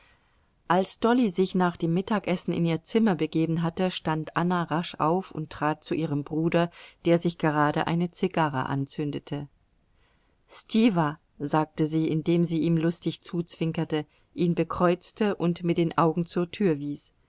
als dolly sich nach dem mittagessen in ihr zimmer begeben hatte stand anna rasch auf und trat zu ihrem bruder der sich gerade eine zigarre anzündete stiwa sagte sie indem sie ihm lustig zuzwinkerte ihn bekreuzte und mit den augen zur tür wies